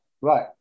Right